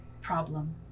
problem